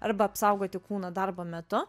arba apsaugoti kūną darbo metu